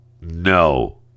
no